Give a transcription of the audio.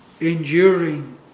enduring